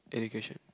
education